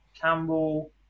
Campbell